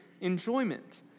enjoyment